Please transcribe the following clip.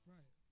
Right